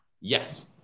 yes